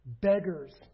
beggars